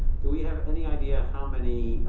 do we have any idea how many